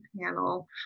panel